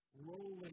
rolling